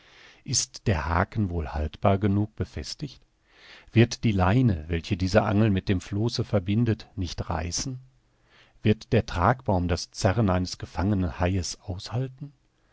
ist der haken wohl haltbar genug befestigt wird die leine welche diese angel mit dem flosse verbindet nicht reißen wird der tragbaum das zerren eines gefangenen haies aushalten